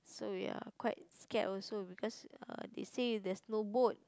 so ya quite scared also because they say there's no boat